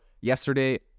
yesterday